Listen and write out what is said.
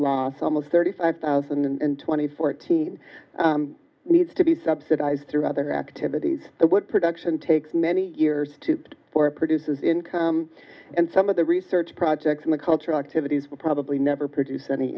almost thirty five thousand and twenty fourteen needs to be subsidized through other activities the production takes many years to produce is income and some of the research projects in the cultural activities will probably never produce any